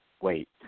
wait